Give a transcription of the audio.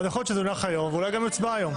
יכול להיות שזה יונח היום ואלי גם הצבעה היום.